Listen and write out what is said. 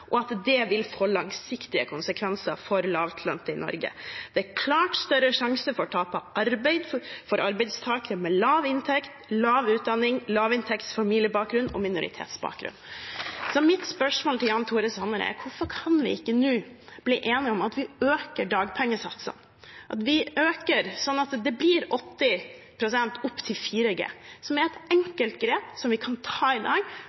og at det vil få langsiktige konsekvenser for lavtlønte i Norge. Det er klart større risiko for tap av arbeid for arbeidstakere med lav inntekt, lav utdanning, lavinntektsfamiliebakgrunn og minoritetsbakgrunn. Så mitt spørsmål til Jan Tore Sanner er: Hvorfor kan vi ikke nå bli enige om at vi øker dagpengesatsen, at vi øker sånn at det blir 80 pst. opp til 4G, som er et enkelt grep vi kan ta i dag